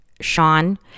Sean